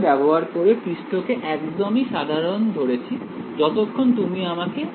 এবং খেয়াল করো আমি পৃষ্ঠকে একদমই সাধারণ ধরেছি যতক্ষণ তুমি আমাকে বলেছ